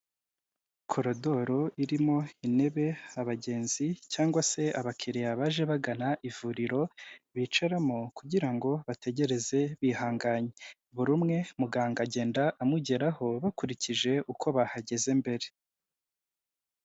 Korodoro irimo intebe, abagenzi cyangwa se abakiriya baje bagana ivuriro bicaramo kugira ngo bategereze bihanganye, buri umwe muganga agenda amugeraho, bakurikije uko bahageze mbere.